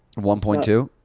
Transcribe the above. one point two?